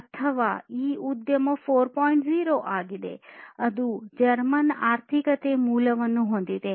0 ಆಗಿದೆ ಅದು ಜರ್ಮನ್ ಆರ್ಥಿಕತೆ ಮೂಲವನ್ನು ಹೊಂದಿದೆ